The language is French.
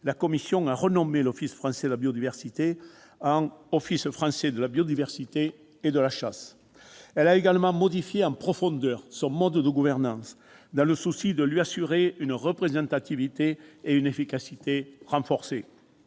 la commission a renommé l'Office français de la biodiversité :« Office français de la biodiversité et de la chasse ». Elle a également modifié en profondeur son mode de gouvernance, dans le souci de lui assurer une représentativité et une efficacité renforcées.